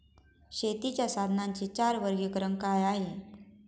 शेतीच्या साधनांचे चार वर्गीकरण काय आहे?